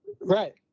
right